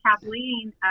Kathleen